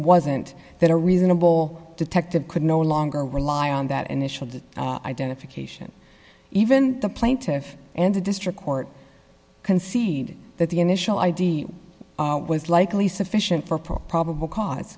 wasn't that a reasonable detective could no longer rely on that initial the identification even the plaintiff and the district court conceded that the initial idea was likely sufficient for probable cause